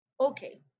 Okay